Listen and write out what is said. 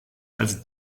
als